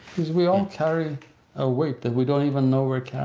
because we all carry a weight that we don't even know we're